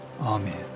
amen